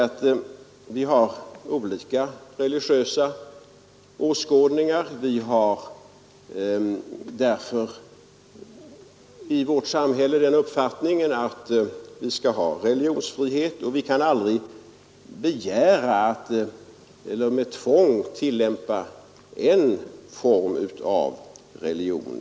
Det är bara på det religiösa åskådningar. Vi har därför i vårt samhälle den uppfattningen att vi skall ha religionsfrihet, och vi kan aldrig med tvång tillämpa en form av religion.